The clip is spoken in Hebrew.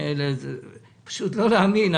פשוט לא להאמין,